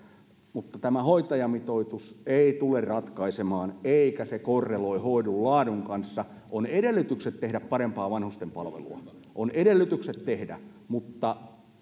mutta tämä hoitajamitoitus ei tule ratkaisemaan asiaa eikä se korreloi hoidon laadun kanssa on edellytykset tehdä parempaa vanhustenpalvelua on edellytykset tehdä mutta